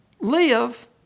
Live